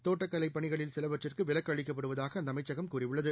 தோட்டக்கலைபணிகளில்சிலவற்றுக்குவிலக்குஅளிக்கப்படுவதாகஅந்தஅ மைச்சகம்கூறியுள்ளது